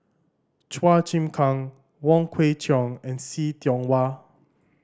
Chua Chim Kang Wong Kwei Cheong and See Tiong Wah